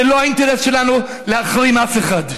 זה לא האינטרס שלנו להחרים אף אחד.